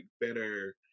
better